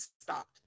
stopped